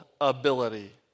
ability